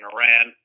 Iran